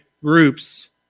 groups